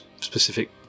specific